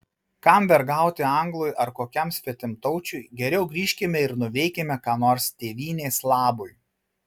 kam vergauti anglui ar kokiam svetimtaučiui geriau grįžkime ir nuveikime ką nors tėvynės labui